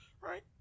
Right